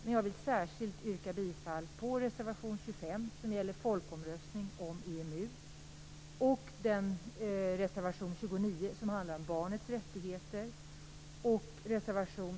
Men jag vill särskilt yrka bifall till reservation